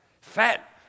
Fat